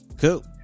Cool